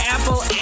Apple